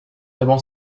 avant